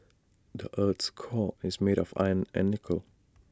the Earth's core is made of iron and nickel